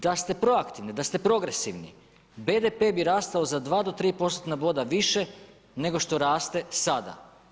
Da ste proaktivni, da ste progresivni, BDP bi rastao za 2-3 postotna boda više, nego što raste sada.